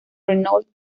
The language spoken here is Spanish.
renault